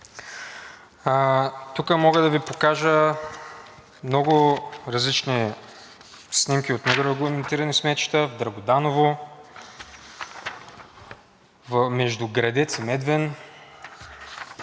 Тук мога да Ви покажа много различни снимки от нерегламентирани сметища – Драгоданово, между Градец и Медвен,